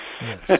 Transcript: yes